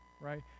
right